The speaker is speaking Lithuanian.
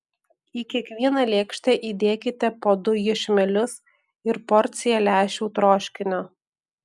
į kiekvieną lėkštę įdėkite po du iešmelius ir porciją lęšių troškinio